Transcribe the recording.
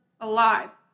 alive